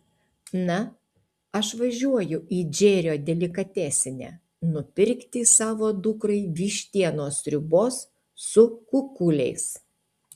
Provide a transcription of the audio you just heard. na aš važiuoju į džerio delikatesinę nupirkti savo dukrai vištienos sriubos su kukuliais